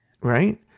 right